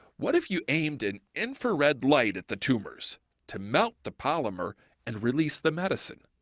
what if you aimed an infrared light at the tumors to melt the polymer and release the medicine,